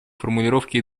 формулировки